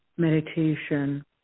meditation